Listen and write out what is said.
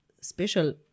special